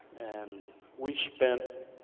and we spent